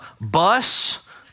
bus